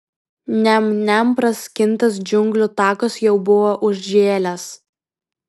niam niam praskintas džiunglių takas jau buvo užžėlęs